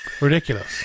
ridiculous